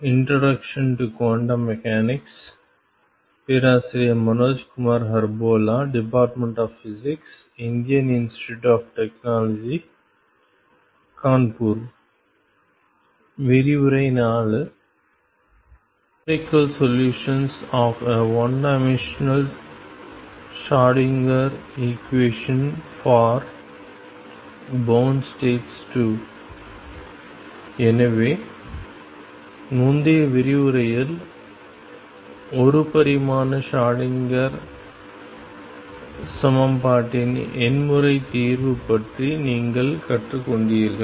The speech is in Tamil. numerical solution of a one dimension Schrodinger equation for bound states II எனவே முந்தைய விரிவுரையில் ஒரு பரிமாண ஷ்ரோடிங்கர் சமன்பாட்டின் எண்முறை தீர்வு பற்றி நீங்கள் கற்றுக்கொண்டீர்கள்